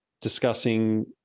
discussing